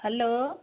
hello